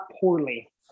poorly